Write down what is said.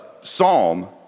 psalm